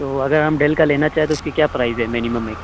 تو اگر ہم ڈیل کا لینا چاہیں تو اُس کی کیا پرائز ہے مینیمم ایک